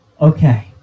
okay